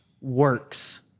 works